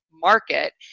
market